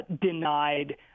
denied